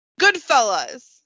Goodfellas